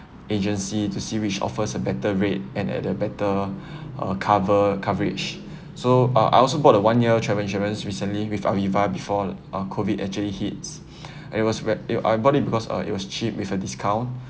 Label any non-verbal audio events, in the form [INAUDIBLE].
agency to see which offers a better rate and at the better [BREATH] uh cover coverage so uh I also bought a one year travel insurance recently with Aviva before uh COVID actually hits [BREATH] it was when uh I bought it because uh it was cheap with a discount